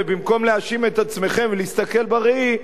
ובמקום להאשים את עצמכם ולהסתכל בראי,